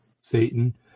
Satan